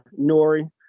Nori